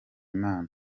imana